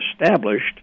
established